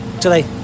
today